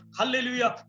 Hallelujah